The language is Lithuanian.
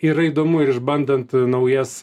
yra įdomu ir išbandant naujas